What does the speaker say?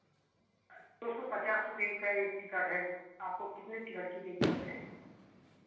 दो सौ पचास रुपए का एक टिकट है आपको कितने टिकट की ज़रूरत है